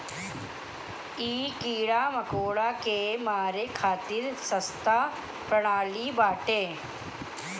इ कीड़ा मकोड़ा के मारे खातिर सस्ता प्रणाली बाटे